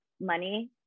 money